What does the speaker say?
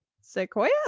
sequoia